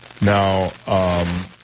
now